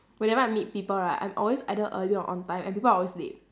whenever I meet people right I'm always either early or on time and people are always late